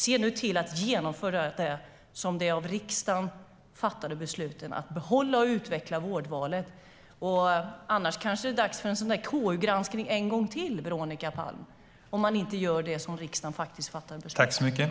Se nu till att genomföra de av riksdagen fattade besluten att behålla och utveckla vårdvalet! Annars kanske det är dags för en till sådan där KU-granskning, Veronica Palm, om ni inte gör det som riksdagen faktiskt fattar beslut om.